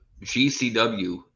GCW